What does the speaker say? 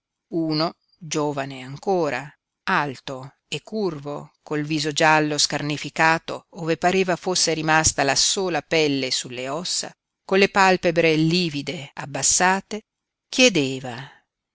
uno giovane ancora alto e curvo col viso giallo scarnificato ove pareva fosse rimasta la sola pelle sulle ossa con le palpebre livide abbassate chiedeva